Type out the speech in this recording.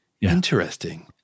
Interesting